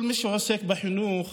כל מי שעוסק בחינוך